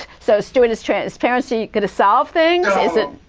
so stuart, is transparency going to solve things? is it